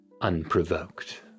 unprovoked